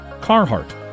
Carhartt